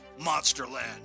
Monsterland